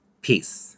peace